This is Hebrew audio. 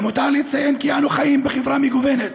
למותר לציין כי אנו חיים בחברה מגוונת,